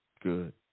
Good